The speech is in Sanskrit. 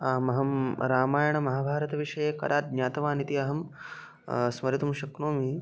आम् अहं रामायणमहाभारतविषये कदा ज्ञातवान् इति अहं स्मर्तुं शक्नोमि